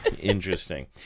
Interesting